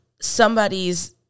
somebody's